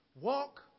Walk